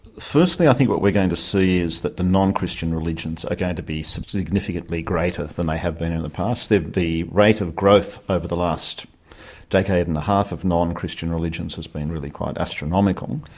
firstly i think what we're going to see is that the non-christian religions are going to be significantly greater than they have been in the past that the rate of growth over the last decade and a half of non-christian religions has been really quite astronomical,